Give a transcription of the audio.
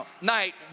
night